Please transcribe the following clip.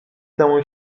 domu